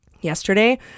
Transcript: Yesterday